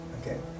Okay